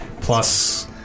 Plus